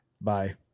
Bye